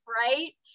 right